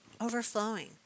Overflowing